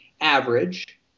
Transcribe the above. average